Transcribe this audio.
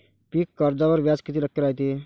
पीक कर्जावर व्याज किती टक्के रायते?